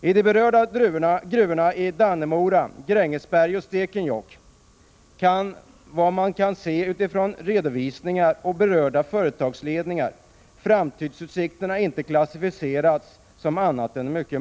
I de berörda gruvorna i Dannemora, Grängesberg och Stekenjokk kan enligt vad jag kan se utifrån redovisningar och uppgifter från berörda företagsledningar framtidsutsikterna inte klassificeras som annat än mörka.